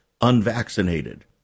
unvaccinated